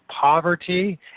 Poverty